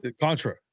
Contra